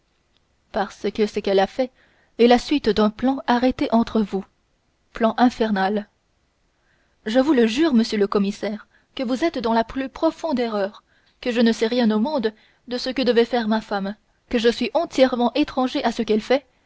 parce que ce qu'elle fait est la suite d'un plan arrêté entre vous plan infernal je vous jure monsieur le commissaire que vous êtes dans la plus profonde erreur que je ne sais rien au monde de ce que devait faire ma femme que je suis entièrement étranger à ce qu'elle a fait